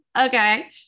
okay